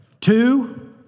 Two